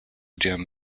gym